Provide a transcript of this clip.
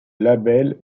label